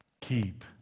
Keep